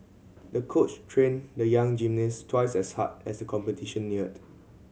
the coach trained the young gymnast twice as hard as the competition neared